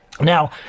Now